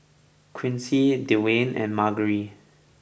Quincy Dewayne and Margery